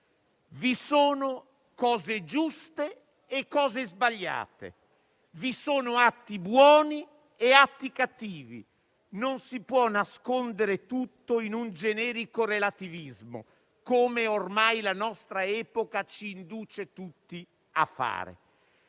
Vi sono cose giuste e cose sbagliate, vi sono atti buoni e atti cattivi; non si può nascondere tutto in un generico relativismo, come ormai la nostra epoca ci induce a fare.